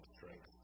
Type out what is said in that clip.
strength